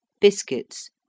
biscuits